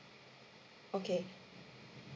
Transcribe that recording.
okay